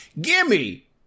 Gimme